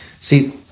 see